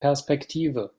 perspektive